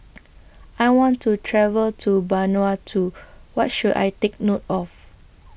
I want to travel to Vanuatu What should I Take note of